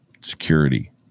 Security